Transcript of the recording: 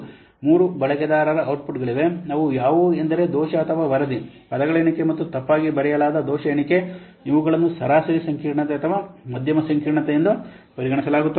3 ಬಳಕೆದಾರ ಔಟ್ಪುಟ್ಗಳಿವೆ ಅವು ಯಾವುವು ಎಂದರೆ ದೋಷ ಅಥವಾ ವರದಿ ಪದಗಳ ಎಣಿಕೆ ಮತ್ತು ತಪ್ಪಾಗಿ ಬರೆಯಲಾದ ದೋಷ ಎಣಿಕೆ ಇವುಗಳನ್ನು ಸರಾಸರಿ ಸಂಕೀರ್ಣತೆ ಅಥವಾ ಮಧ್ಯಮ ಸಂಕೀರ್ಣತೆ ಎಂದು ಪರಿಗಣಿಸಲಾಗುತ್ತದೆ